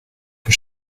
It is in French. que